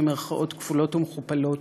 במירכאות כפולות ומכופלות,